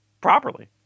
properly